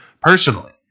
personally